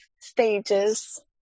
stages